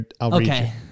Okay